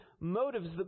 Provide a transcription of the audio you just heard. motives